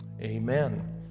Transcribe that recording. Amen